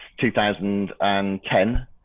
2010